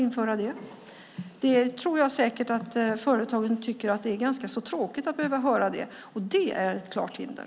Jag tror att företagen tycker att det är ganska så tråkigt att behöva höra det. Och det är ett klart hinder.